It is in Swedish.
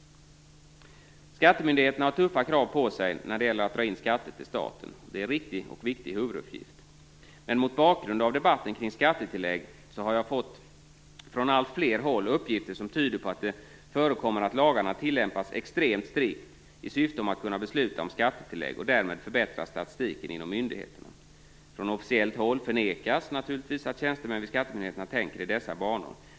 Skattemyndigheterna har tuffa krav på sig att dra in skatter till staten. Det är en riktig och viktig huvuduppgift. Men mot bakgrund av debatten kring skattetilläggen har jag från alltfler håll fått uppgifter som tyder på att det förekommer att lagarna tillämpas extremt strikt i syfte att kunna besluta om skattetillägg och därmed förbättra statistiken inom myndigheterna. Från officiellt håll förnekas naturligtvis att tjänstemän vid skattemyndigheterna tänker i dessa banor.